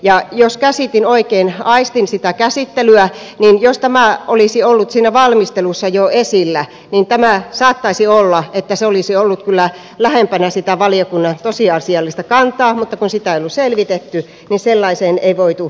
ja jos käsitin oikein ja aistin sitä käsittelyä niin jos tämä olisi ollut siinä valmistelussa jo esillä saattaisi olla että se olisi ollut kyllä lähempänä sitä valiokunnan tosiasiallista kantaa mutta kun sitä ei ollut selvitetty niin sellaiseen ei voitu mennä